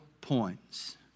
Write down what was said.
points